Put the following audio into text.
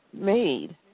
made